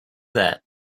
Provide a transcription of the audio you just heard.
that